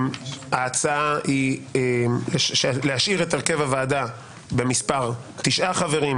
ההצעה היא להשאיר את הרכב הוועדה במספר תשעה חברים,